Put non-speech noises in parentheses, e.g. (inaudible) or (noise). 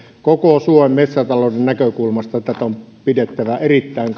koko suomen metsäta louden näkökulmasta tätä on pidettävä erittäin (unintelligible)